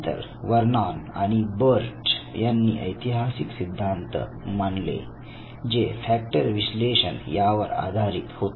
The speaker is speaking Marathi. नंतर वर्नॉन आणि बर्ट यांनी ऐतिहासिक सिद्धांत मांडले जे फॅक्टर विश्लेषण यावर आधारित होते